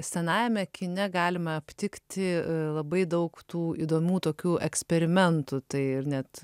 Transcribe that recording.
senajame kine galime aptikti labai daug tų įdomių tokių eksperimentų tai ir net